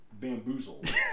bamboozled